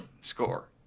Score